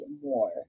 more